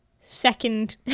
second